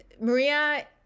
Maria